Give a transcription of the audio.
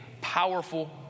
powerful